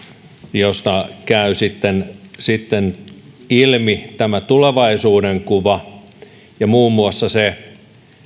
josta käy sitten sitten ilmi tämä tulevaisuudenkuva ja muun muassa se